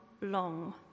long